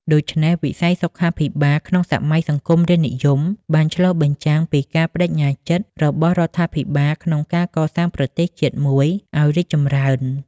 ដូចនេះ វិស័យសុខាភិបាលក្នុងសម័យសង្គមរាស្រ្តនិយមបានឆ្លុះបញ្ចាំងពីការប្តេជ្ញាចិត្តរបស់រដ្ឋាភិបាលក្នុងការកសាងប្រទេសជាតិមួយឱ្យរីកចម្រើន។